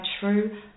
true